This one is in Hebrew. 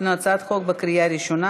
הצעת חוק לקריאה ראשונה,